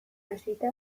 hasita